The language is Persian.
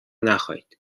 نخایید